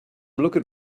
looking